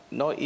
no